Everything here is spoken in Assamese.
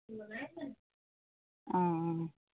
অঁ অঁ